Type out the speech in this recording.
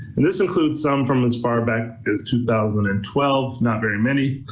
and this includes some from as far back as two thousand and twelve not very many,